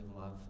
love